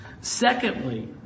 Secondly